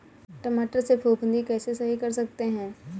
टमाटर से फफूंदी कैसे सही कर सकते हैं?